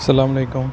اَلسلامُ عَلیکُم